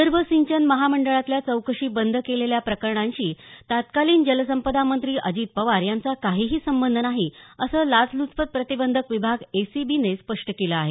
विदर्भ सिंचन महामंडळातल्या चौकशी बंद केलेल्या प्रकरणांशी तत्कालीन जलसंपदा मंत्री अजित पवार यांचा काहीही संबंध नाही असं लाचल्चपत प्रतिबंधक विभाग एसीबीने स्पष्ट केलं आहे